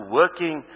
working